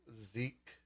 zeke